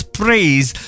praise